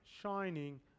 shining